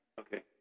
Okay